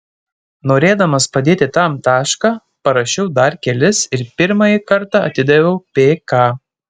norėdamas padėti tam tašką parašiau dar kelis ir pirmąjį kartą atidaviau pk